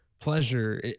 pleasure